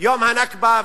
יום ה"נכבה",